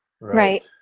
right